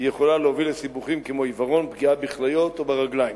היא יכולה להוביל לסיבוכים כמו עיוורון ופגיעה בכליות או ברגליים.